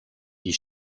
die